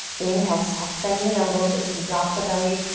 inhale. soft bend in the elbows as you drop the belly.